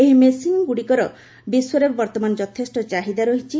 ଏହି ମେସିନ୍ଗୁଡ଼ିକର ବିଶ୍ୱରେ ବର୍ତ୍ତମାନ ଯଥେଷ୍ଟ ଚାହିଦା ରହିଛି